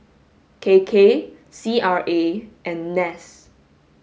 K K C R A and NAS